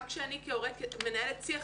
גם כשאני כהורה מנהלת שיח,